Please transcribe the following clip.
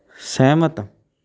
ਸਹਿਮਤ